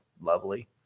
lovely